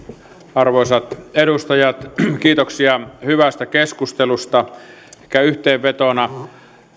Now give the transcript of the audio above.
arvoisat edustajat kiitoksia hyvästä keskustelusta ehkä yhteenvetona